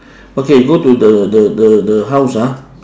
okay go to the the the the house ah